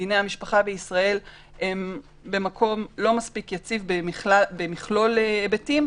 דיני המשפחה בישראל הם במקום לא מספיק יציב במכלול היבטים,